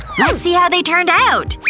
let's see how they turned out!